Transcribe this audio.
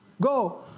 go